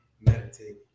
meditate